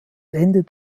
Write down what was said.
endet